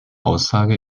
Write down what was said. aussage